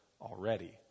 already